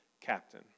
captain